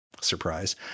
surprise